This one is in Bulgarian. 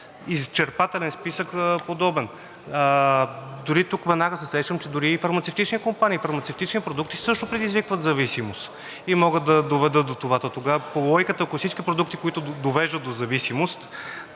изчерпателен списък. Дори тук веднага се сещам, че дори и фармацевтични компании, фармацевтични продукти също предизвикват зависимост и могат да доведат до това. Тогава по логиката, ако всички продукти, които довеждат до зависимост…